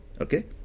Okay